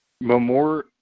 Memorial